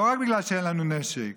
לא רק בגלל שאין לנו נשק,